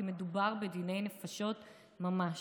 כי מדובר בדיני נפשות ממש.